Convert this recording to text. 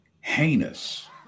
heinous